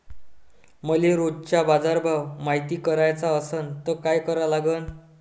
मले रोजचा बाजारभव मायती कराचा असन त काय करा लागन?